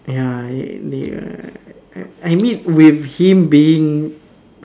ya uh I mean with him being